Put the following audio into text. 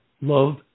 love